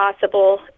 possible